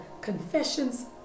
confessions